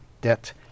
Debt